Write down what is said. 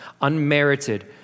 unmerited